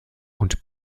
und